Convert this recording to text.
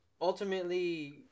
ultimately